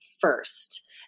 first